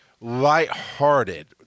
lighthearted